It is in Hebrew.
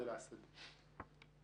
התכנון.